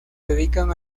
dedican